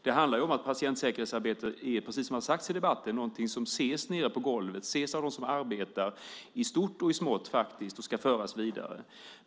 Precis som har sagts i debatten är patientsäkerhetsarbetet något som ses nere på golvet av dem som arbetar i stort och i smått och som ska föras vidare.